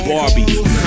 Barbie